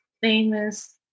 famous